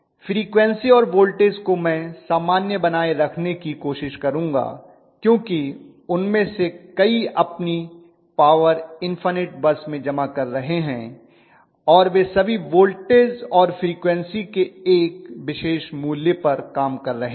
frequency और voltage को मैं सामान्य बनाए रखने की कोशिश करूंगा क्योंकि उनमें से कई अपनी पॉवर इन्फनिट बस में जमा कर रहे हैं और वे सभी वोल्टेज और फ्रीक्वन्सी के एक विशेष मूल्य पर काम कर रहे हैं